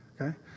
Okay